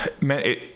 Man